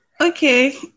Okay